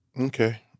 okay